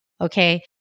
Okay